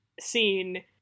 scene